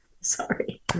Sorry